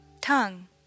tongue